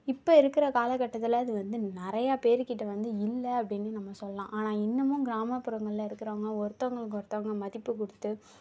இப்போ இருக்க காலகட்டத்தில் அது வந்து நிறையா பேர் கிட்ட வந்து இல்ல அப்படின்னு நம்ம சொல்லாம் ஆனால் இன்னமும் கிராமப்புறங்களில் இருக்கிறவங்க ஒருத்தவங்களுக்கு ஒருத்தவங்க மதிப்பு குடுத்து